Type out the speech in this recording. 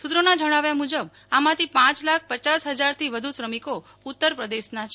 સુત્રોના જણાવ્યા મુજબ આમાંથી પાંચ લાખ પચાસ હજારથી વધુ શ્રમિકો ઉત્તર પ્રદેશના છે